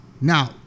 Now